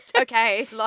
okay